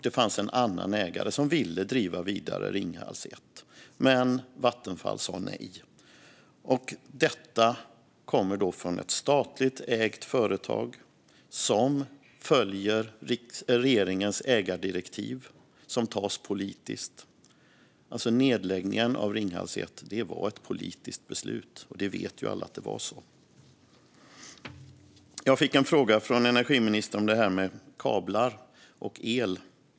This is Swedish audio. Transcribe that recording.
Det fanns också en annan ägare, som ville driva Ringhals 1 vidare, men Vattenfall sa nej. Det kom alltså från ett statligt ägt företag, som följer regeringens ägardirektiv som tas politiskt. Nedläggningen av Ringhals 1 var ett politiskt beslut. Det vet alla. Jag fick en fråga från energiministern om det här med kablar och el.